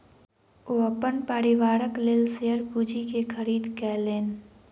ओ अपन परिवारक लेल शेयर पूंजी के खरीद केलैन